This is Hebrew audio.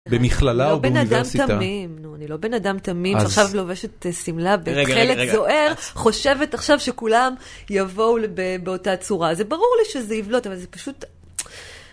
במכללה או באוניברסיטה? אני לא בן אדם תמים, אני לא בן אדם תמים, שעכשיו לובשת שמלה בתכלת זוהר, חושבת עכשיו שכולם יבואו באותה צורה. זה ברור לי שזה יבלוט, אבל זה פשוט...